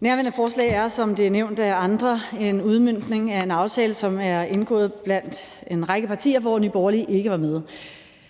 Nærværende forslag er, som det er nævnt af andre, en udmøntning af en aftale, som er indgået blandt en række partier, og som Nye Borgerlige ikke var med